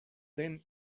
then